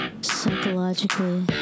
psychologically